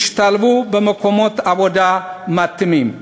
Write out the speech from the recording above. ישתלבו במקומות עבודה מתאימים.